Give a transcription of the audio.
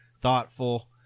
thoughtful